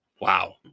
wow